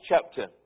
chapter